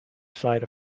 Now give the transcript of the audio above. side